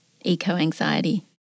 eco-anxiety